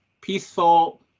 peaceful